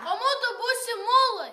o mudu būsim mulai